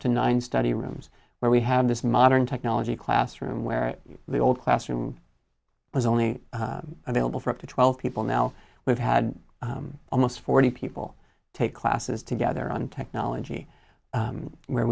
to nine study rooms where we have this modern technology classroom where the old classroom was only available for up to twelve people now we've had almost forty people take classes together on technology where